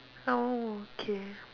oh okay